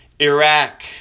Iraq